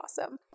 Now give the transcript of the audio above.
awesome